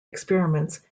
experiments